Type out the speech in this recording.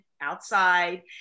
outside